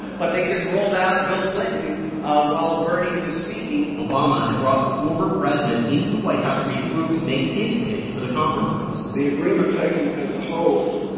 but they just rolled out bill clinton ah while bernie was speaking obama had brought the former president into the white house briefing room to make his pitch for the compromise the agreement taken as a whole